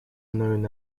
known